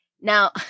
now